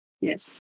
yes